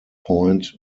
point